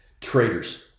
traitors